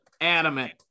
adamant